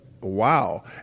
wow